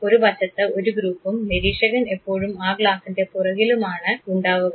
ഒരു വശത്ത് ഒരു ഗ്രൂപ്പും നിരീക്ഷകൻ എപ്പോഴും ആ ഗ്ലാസിൻറെ പുറകിലുമാണ് ഉണ്ടാവുക